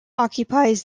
occupies